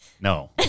No